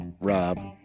Rob